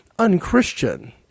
Un-Christian